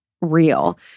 real